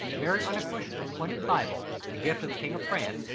bearing on a cushion a splendid bible, the gift of the king of france,